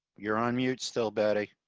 you're on mute. still better